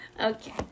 Okay